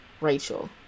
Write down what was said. Rachel